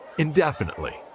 Indefinitely